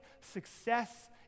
success